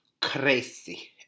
crazy